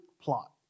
plot